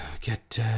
get